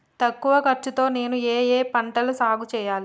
తక్కువ ఖర్చు తో నేను ఏ ఏ పంటలు సాగుచేయాలి?